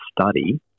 study